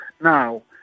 Now